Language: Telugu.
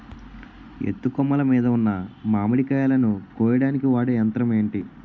ఎత్తు కొమ్మలు మీద ఉన్న మామిడికాయలును కోయడానికి వాడే యంత్రం ఎంటి?